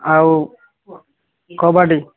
ଆଉ କବାଡ଼ି